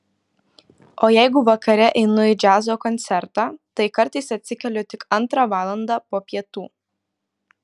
o jeigu vakare einu į džiazo koncertą tai kartais atsikeliu tik antrą valandą po pietų